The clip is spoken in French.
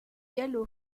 gallo